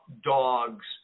dogs